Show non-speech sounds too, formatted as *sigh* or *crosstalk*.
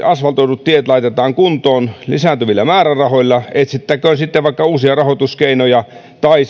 asvaltoidut tiet laitetaan kuntoon lisääntyvillä määrärahoilla etsittäköön sitten vaikka uusia rahoituskeinoja tai *unintelligible*